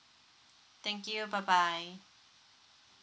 thank you bye bye